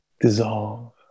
dissolve